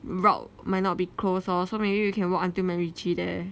route might not be close lor so maybe we can walk until macritchie there